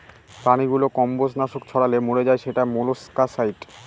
প্রাণীগুলো কম্বজ নাশক ছড়ালে মরে যায় সেটা মোলাস্কাসাইড